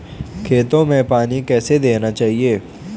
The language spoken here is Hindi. खेतों में पानी कैसे देना चाहिए?